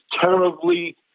terribly